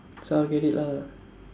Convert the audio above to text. so I'll get it lah